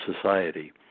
society